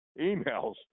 emails